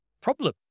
problem